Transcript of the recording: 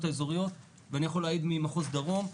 האזוריות ואני יכול להעיד ממחוז דרום,